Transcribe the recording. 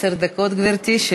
עשר דקות, גברתי.